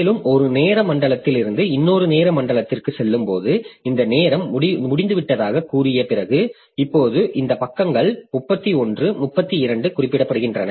மேலும் ஒரு நேர மண்டலத்திலிருந்து இன்னொரு நேர மண்டலத்திற்குச் செல்லும்போது இந்த நேரம் முடிந்துவிட்டதாகக் கூறிய பிறகு இப்போது இந்த பக்கங்கள் 31 32 குறிப்பிடப்படுகின்றன